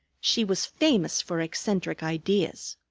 she was famous for eccentric ideas.